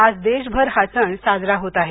आज देशभर हा सण साजरा होत आहे